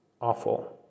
awful